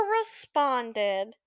responded